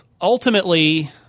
ultimately